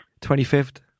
25th